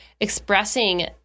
expressing